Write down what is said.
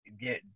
get